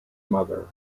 mother